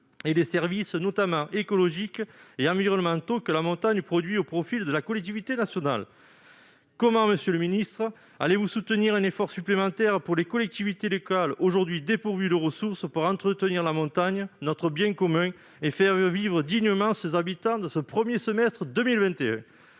et les services, notamment écologiques et environnementaux, que la montagne produit au profit de la collectivité nationale ». Comment allez-vous soutenir un effort supplémentaire au bénéfice de collectivités locales aujourd'hui dépourvues de ressources pour entretenir la montagne, notre bien commun, et faire vivre dignement ses habitants au cours de ce premier semestre de 2021 ?